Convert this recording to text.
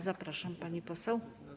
Zapraszam, pani poseł.